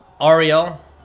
Ariel